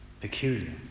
peculiar